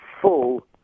full